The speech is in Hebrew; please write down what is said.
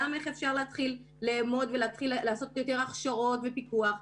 גם איך אפשר לאמוד ולהתחיל לעשות יותר הכשרות ופיקוח.